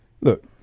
Look